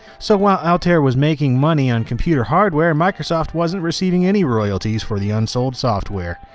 so while altair was making money on computer hardware, microsoft wasn't receiving any royalties for the unsold software.